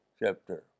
chapter